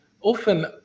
often